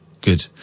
Good